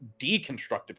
deconstructive